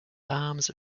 farms